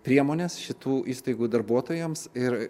priemones šitų įstaigų darbuotojams ir